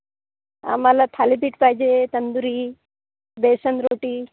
आम्हाला थालिपीट पाहिजे तंदुरी बेसन रोटी